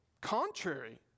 contrary